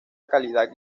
calidad